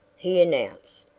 he announced,